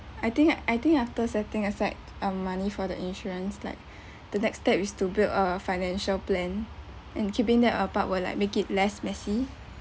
I think I think after setting aside uh money for the insurance like the next step is to build a financial plan and keeping them apart will like make it less messy